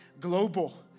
Global